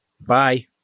Bye